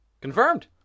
confirmed